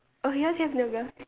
oh yours have no girl